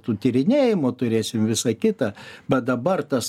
tų tyrinėjimų turėsim visa kita bet dabar tas